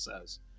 says